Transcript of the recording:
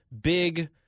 Big